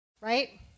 right